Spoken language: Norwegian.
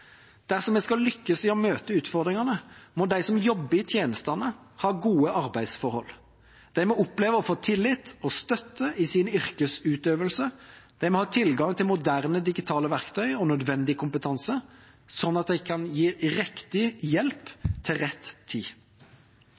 Dersom vi skal lykkes i å møte utfordringene, må de som jobber i tjenestene, ha gode arbeidsforhold. De må oppleve å få tillit og støtte i sin yrkesutøvelse. De må ha tilgang til moderne digitale verktøy og nødvendig kompetanse, slik at de kan gi riktig hjelp til rett tid.